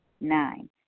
Nine